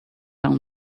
down